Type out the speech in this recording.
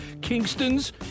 Kingston's